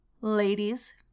Ladies